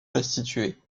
restitué